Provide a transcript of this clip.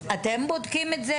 אתם בודקים את זה?